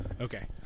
Okay